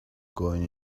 going